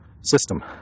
system